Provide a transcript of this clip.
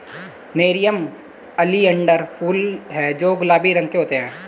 nerium oleander फूल हैं जो गुलाबी रंग के होते हैं